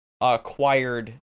acquired